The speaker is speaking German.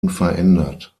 unverändert